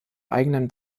eigenen